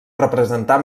representar